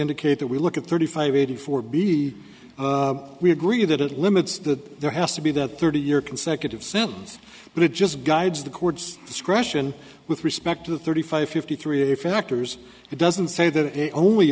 indicate that we look at thirty five eighty four b we agree that it limits that there has to be that thirty year consecutive sentence but it just guides the court's discretion with respect to the thirty five fifty three factors it doesn't say that it only